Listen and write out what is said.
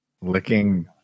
Licking